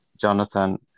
Jonathan